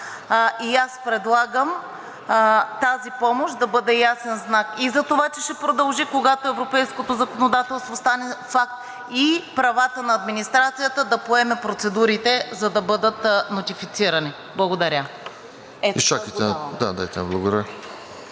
и аз предлагам тази помощ да бъде ясен знак и за това, че ще продължи, когато европейското законодателство стане факт и правата на администрацията да поеме процедурите, за да бъдат нотифицирани. Благодаря.